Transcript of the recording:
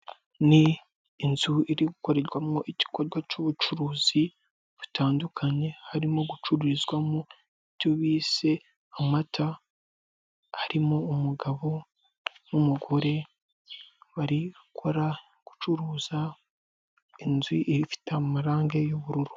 Ni inzu iri gukorerwamo igikorwa cy'ubucuruzi butandukanye harimo gucururizwamo ibyo bise amata, harimo umugabo n'umugore bari gukora gucuruza, inzu ifite amarangi y'ubururu.